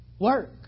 work